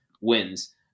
wins